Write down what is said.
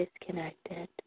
disconnected